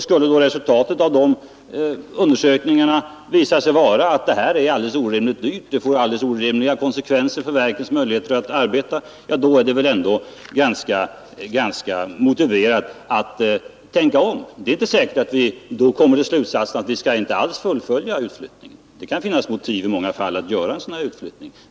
Skulle resultatet av dessa undersökningar visa sig vara att utflyttningen blir orimligt dyr och att den får allvarliga konsekvenser för verkens möjligheter att arbeta, är det väl ändå motiverat att tänka om. Det är inte säkert att vi då kommer till slutsatsen att vi inte alls skall fullfölja utflyttningen; det kan i många fall ändå finnas motiv att göra en utflyttning.